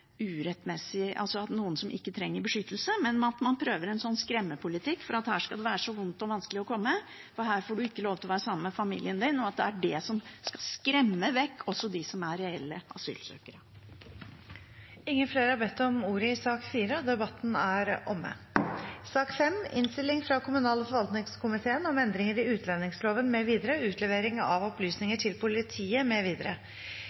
noen som ikke trenger beskyttelse, men at man prøver en sånn skremmepolitikk for at her skal det være så vondt og vanskelig å komme, for her får du ikke lov til å være sammen med familien din, og at det skal skremme vekk også dem som er reelle asylsøkere. Flere har ikke bedt om ordet til sak nr. 4. Etter ønske fra kommunal- og forvaltningskomiteen vil presidenten ordne debatten slik: 3 minutter til hver partigruppe og 3 minutter til medlemmer av regjeringen. Videre